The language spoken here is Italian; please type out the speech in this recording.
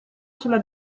sulla